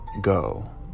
go